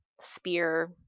spear